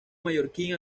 mallorquín